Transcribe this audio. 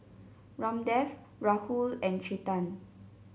Ramdev Rahul and Chetan